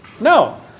No